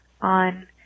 on